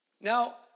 Now